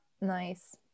nice